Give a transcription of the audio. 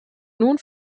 nun